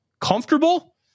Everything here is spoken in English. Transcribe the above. Comfortable